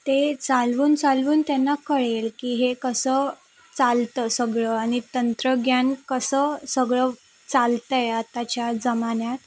ते चालवून चालवून त्यांना कळेल की हे कसं चालतं सगळं आणि तंत्रज्ञान कसं सगळं चालतं आहे आत्ताच्या जमान्यात